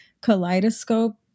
kaleidoscope